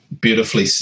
beautifully